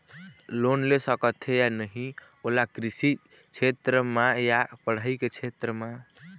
Loan ले सकथे या नहीं ओला कृषि क्षेत्र मा या पढ़ई के क्षेत्र मा?